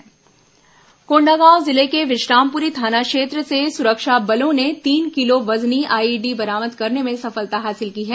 IED बरामद कोंडागांव जिले के विश्रामपुरी थाना क्षेत्र से सुरक्षा बलों ने तीन किलो वजनी आईईडी बरामद करने में सफलता हासिल की है